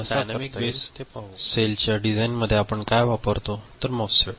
तर dynamic RAM based memory सेलच्या डिझाईनमध्ये आपण काय वापरतो तर मॉस्फेट